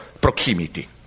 proximity